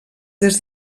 des